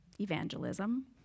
evangelism